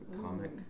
Comic